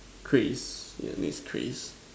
cranes yeah needs cranes